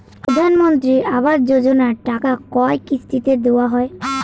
প্রধানমন্ত্রী আবাস যোজনার টাকা কয় কিস্তিতে দেওয়া হয়?